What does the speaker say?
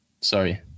Sorry